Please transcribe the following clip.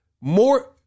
more